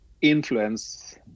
influence